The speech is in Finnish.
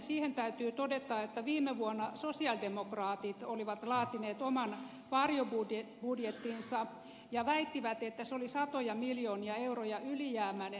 siihen täytyy todeta että viime vuonna sosialidemokraatit olivat laatineet oman varjobudjettinsa ja väittivät että se oli satoja miljoonia euroja ylijäämäinen